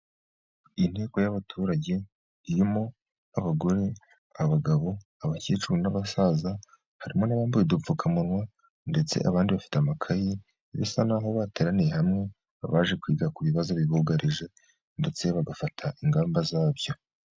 Inteko y'abaturage irimo abagore, abagabo, abakecuru n'abasaza, harimo n'abambaye udupfukamunwa, ndetse abandi bafite amakayi, bisa nk'aho bateraniye hamwe, baje kwiga ku bibazo bibugarije ndetse bagafata ingamba zabyo.